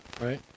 Right